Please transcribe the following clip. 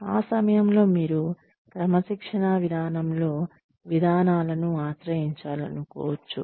ఆ సమయంలో మీరు క్రమశిక్షణా విధానంలో విధానాలను ఆశ్రయించాలనుకోవచ్చు